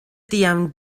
tiam